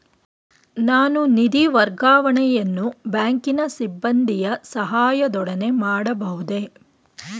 ನಾನು ನಿಧಿ ವರ್ಗಾವಣೆಯನ್ನು ಬ್ಯಾಂಕಿನ ಸಿಬ್ಬಂದಿಯ ಸಹಾಯದೊಡನೆ ಮಾಡಬಹುದೇ?